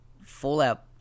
Fallout